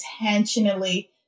intentionally